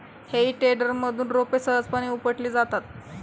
हेई टेडरमधून रोपे सहजपणे उपटली जातात